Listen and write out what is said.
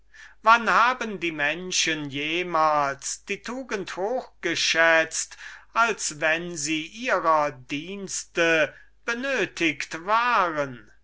wenn haben sie jemals die tugend hochgeschätzt als wenn sie ihrer dienste benötigt waren